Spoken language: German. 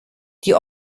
die